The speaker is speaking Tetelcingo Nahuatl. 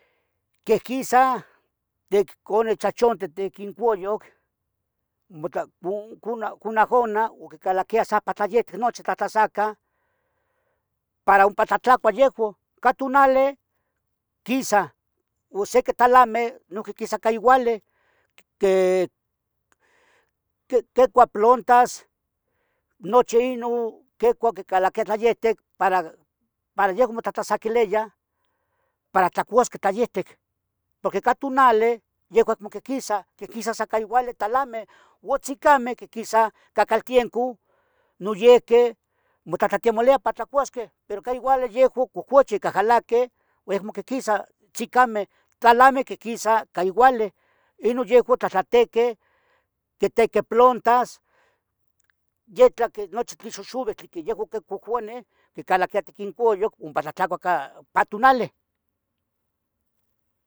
Quehquisah tiquincouyoc motlah, cu, cunahana. o quicalaquia sa pa tla yihtic nochi tlahtlasacah para ompa. tlahtlacua yehoun Cah tunale quisah, u siqui talameh nuhqui quisah ica iuale que, que- quecuah plontas nochi inun, quecuah quicalaquia tlayectec. para, para yehuon motlahtlasaquiliyah para tlocuasqueh tlayihtic. Porque cah tunali, yehoun acmo quehquisah, quehquisah sa ica iuale. talameh oun tzicameh quehquisah cacaltiencu nuyehque, mutlahtlatemolia. pa tlacuasqueh pe ica iuale yehoun cohcuchih, cahgalaque oun acmo. quequisah tzicameh Tlalameh quihquisah ica iuale, inun yehoun tlahtlatequeh quitequeh. plontas, yeh tla que, nuchi tle xoxuvic tli quiyehuan quicouhcounih. quicalaquiah itic incoyuc ompa tlahtlacua ca pa tunale